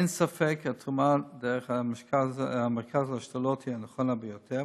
אין ספק כי התרומה דרך המרכז להשתלות היא הנכונה ביותר,